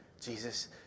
Jesus